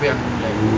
apa yang like